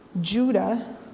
Judah